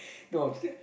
no s~